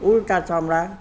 उल्टा चमडा